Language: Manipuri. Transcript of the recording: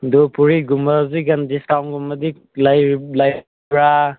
ꯑꯗꯨ ꯐꯨꯔꯤꯠꯀꯨꯝꯕ ꯍꯧꯖꯤꯛꯀꯥꯟꯗꯤ ꯗꯤꯁꯀꯥꯎꯟꯒꯨꯝꯕꯗꯤ ꯂꯩ ꯂꯩꯕ꯭ꯔꯥ